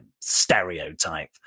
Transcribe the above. stereotype